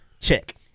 Check